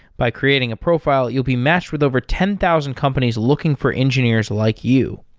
by creating a profile you'll be matched with over ten thousand companies looking for engineers like you.